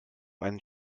ein